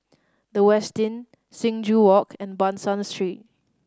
The Westin Sing Joo Walk and Ban San Street